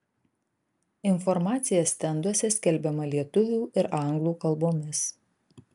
informacija stenduose skelbiama lietuvių ir anglų kalbomis